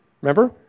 Remember